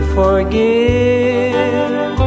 forgive